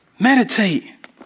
Meditate